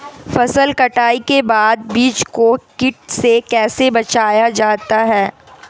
फसल कटाई के बाद बीज को कीट से कैसे बचाया जाता है?